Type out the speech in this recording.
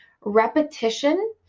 repetition